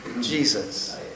Jesus